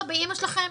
לא, באמא שלכם,